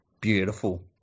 Beautiful